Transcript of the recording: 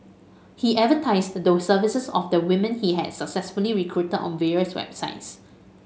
he advertised the services of the women he had successfully recruited on various websites